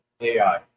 AI